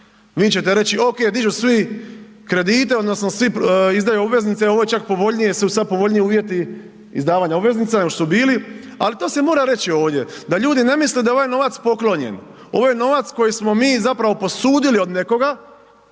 vi ćete reći okej dižu svi kredite odnosno svi izdaju obveznice, ovo je čak povoljnije jel su sad povoljniji uvjeti izdavanja obveznica nego što su bili, ali to se mora reći ovdje da ljudi ne misle da je ovaj novac poklonjen, ovaj novac koji smo mi zapravo posudili od nekoga,